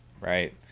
right